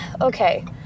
okay